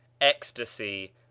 Ecstasy